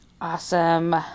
Awesome